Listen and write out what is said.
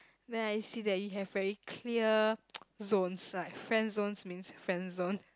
then I see that you have very clear zones like friend zones means friend zone